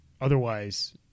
Otherwise